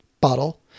bottle